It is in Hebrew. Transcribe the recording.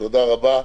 תודה רבה,